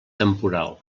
temporal